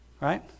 Right